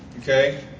okay